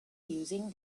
using